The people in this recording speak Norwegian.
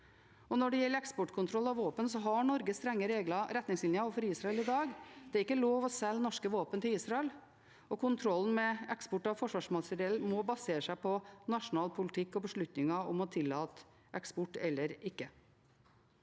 Når det gjelder eksportkontroll av våpen, har Norge strenge regler og retningslinjer overfor Israel i dag. Det er ikke lov til å selge norske våpen til Israel. Kontrollen med eksport av forsvarsmateriell må basere seg på nasjonal politikk og beslutninger om å tillate eksport eller ikke.